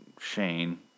Shane